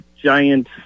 giant